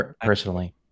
personally